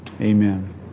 Amen